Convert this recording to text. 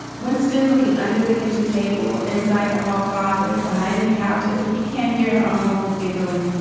winston looking under the kitchen table, inside the hall closet, behind the couch, as if he can't hear a muffled giggling.